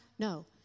No